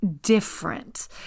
different